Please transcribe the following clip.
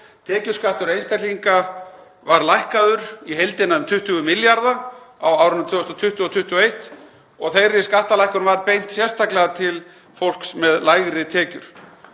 Tekjuskattur einstaklinga var lækkaður í heildina um 20 milljarða á árunum 2020 og 2021 og þeirri skattalækkun var sérstaklega beint til fólks með lægri tekjur.